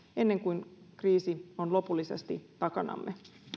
ennen kuin kriisi on lopullisesti takanamme